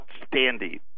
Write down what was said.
outstanding